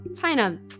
China